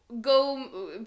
go